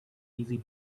easy